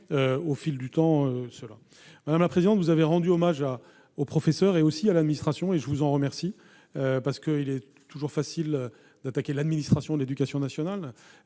au fil du temps les choses. Madame la présidente de la commission, vous avez rendu hommage aux professeurs, mais aussi à l'administration, et je vous en remercie. Il est toujours facile d'attaquer l'administration de l'éducation nationale-